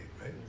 right